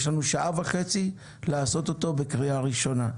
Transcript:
יש לנו שעה וחצי להכין אותו לקריאה ראשונה.